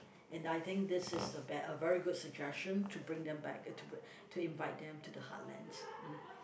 and I think this is the best a very good suggestion to bring them back eh to invite them to the heartlands